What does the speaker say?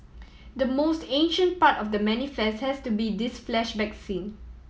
the most ancient part of The Manifest has to be this flashback scene